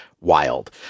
wild